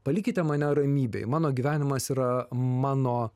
palikite mane ramybėj mano gyvenimas yra mano